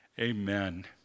Amen